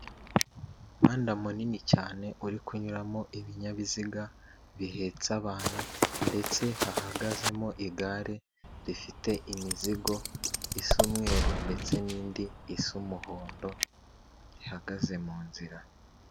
Umuhanda munini cyane uri kunyuramo ibinyabiziga bihetse abantu ndetse hahagazemo igare rifite imizigo isa umweru ndetse n'indi isa umuhondo, rihagaze mu nzira.